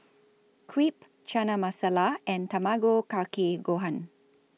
Crepe Chana Masala and Tamago Kake Gohan